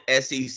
SEC